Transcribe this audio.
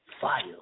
Fire